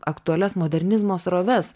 aktualias modernizmo sroves